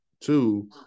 Two